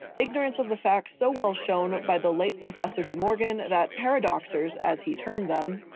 ignorance of the facts so well shown by the late professor de morgan that paradoxers as he termed them,